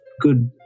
good